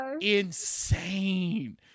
insane